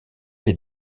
les